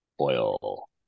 oil